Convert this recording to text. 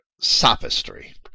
sophistry